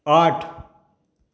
आठ